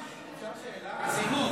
אבל למה